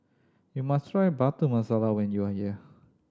you must try Butter Masala when you are here